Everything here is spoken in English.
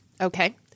Okay